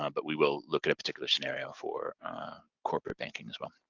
um but we will look at at particular scenario for corporate banking as well.